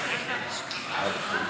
ההסתייגות של קבוצת סיעת מרצ וקבוצת סיעת המחנה